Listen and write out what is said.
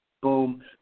boom